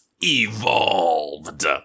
evolved